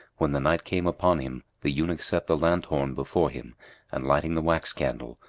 when the night came upon him the eunuch set the lanthorn before him and lighting the wax-candle,